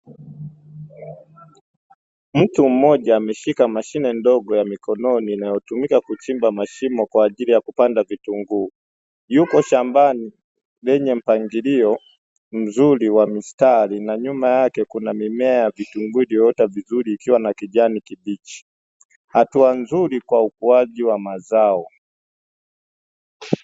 Mtu mmoja ameshika mashine ndogo ya mikononi inayotumika kuchimba mashimo kwa ajili ya kupanda vitunguu, yuko shambani lenye mpangilio mzuri wa mistari na nyuma yake kuna mimea ya vitunguu iliyoota vizuri ikiwa na kijani kibichi hatua nzuri kwa ukuaji wa mazao.